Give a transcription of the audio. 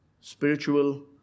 spiritual